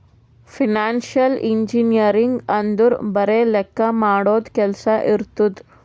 financial engineering ಅಂದುರ್ ಬರೆ ಲೆಕ್ಕಾ ಮಾಡದು ಕೆಲ್ಸಾ ಇರ್ತುದ್